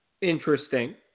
Interesting